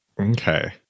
Okay